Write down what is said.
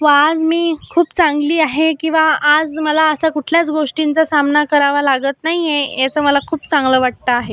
व आज मी खूप चांगली आहे किंवा आज मला असा कुठल्याच गोष्टींचा सामना करावा लागत नाही आहे याचं मला खूप चांगलं वाटतं आहे